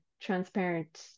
transparent